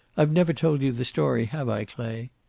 i've never told you the story, have i, clay?